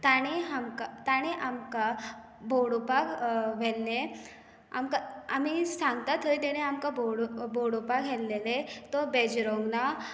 ताणें हांका ताणें आमकां भोंवडोपाक व्हेल्लें आमकां आमी सांगता थंय तेणें आमकां भोंवडो भोंवडोपाक व्हेलेलें तो बेजरूंक ना